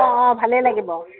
অঁ অঁ ভালেই লাগিব